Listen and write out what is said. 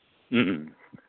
ꯎꯝ ꯎꯝ